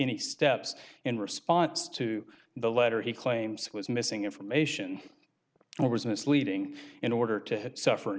any steps in response to the letter he claims was missing information and was misleading in order to hit suffer